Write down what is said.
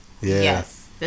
Yes